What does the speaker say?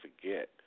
forget